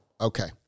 Okay